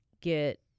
get